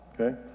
okay